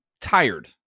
tired